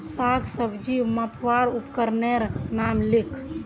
साग सब्जी मपवार उपकरनेर नाम लिख?